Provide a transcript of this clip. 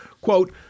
quote